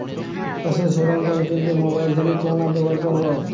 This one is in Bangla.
চাষের সরঞ্জাম কিনতে মোবাইল থেকে কোন অ্যাপ ব্যাবহার করব?